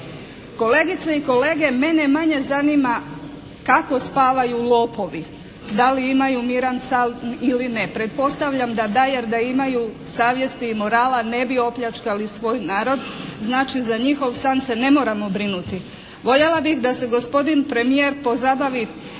Kolegice i kolege mene manje zanima kakao spavaju lopovi, da li imaju miran san ili ne, pretpostavljam da da jer da imaju savjesti i morala ne bi opljačkali svoj narod, znači za njihov san se ne moramo brinuti. Voljela bih da se gospodin premijer pozabavi